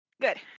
Good